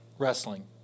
wrestling